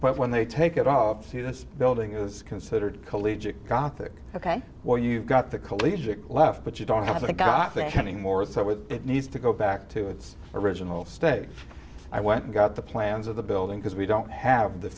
but when they take it up see this building is considered collegiate conflict ok well you've got the collegiate left but you don't have a got to having more so with it needs to go back to its original state i went and got the plans of the building because we don't have the